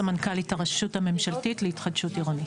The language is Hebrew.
סמנכ"לית הרשות הממשלתית להתחדשות עירונית.